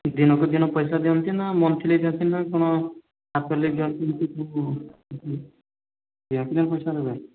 ଦିନକୁ ଦିନ ପଇସା ଦିଅନ୍ତି ନା ମନ୍ଥଲୀ ଦିଅନ୍ତି ନା କ'ଣ ହାଫ ଇୟରଲି ଦିଅନ୍ତି ସେ ସବୁ କି ହାତରେ ପଇସା ଦେବେ